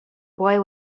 boy